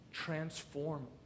transform